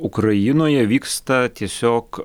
ukrainoje vyksta tiesiog